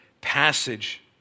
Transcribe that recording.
passage